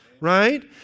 Right